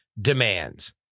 demands